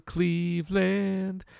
Cleveland